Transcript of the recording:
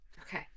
Okay